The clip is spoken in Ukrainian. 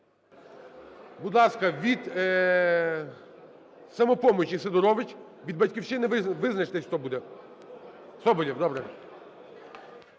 Будь ласка, від "Самопомочі" Сидорович. Від "Батьківщини" визначтесь, хто буде.